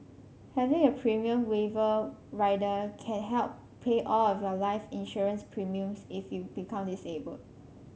having a premium waiver rider can help pay all of your life insurance premiums if you become disabled